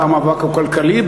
פעם המאבק הוא כלכלי,